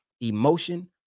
emotion